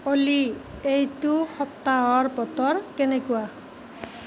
অ'লি এইটো সপ্তাহৰ বতৰ কেনেকুৱা